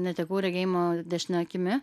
netekau regėjimo dešine akimi